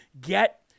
get